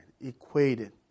equated